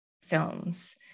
films